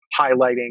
highlighting